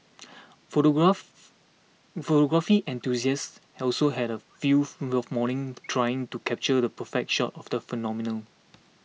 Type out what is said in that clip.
photograph photography enthusiasts are also had a field morning trying to capture the perfect shot of the phenomenon